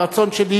הרצון שלי,